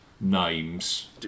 names